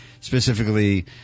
specifically